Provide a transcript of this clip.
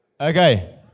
Okay